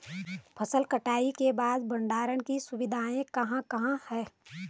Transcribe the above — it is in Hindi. फसल कटाई के बाद भंडारण की सुविधाएं कहाँ कहाँ हैं?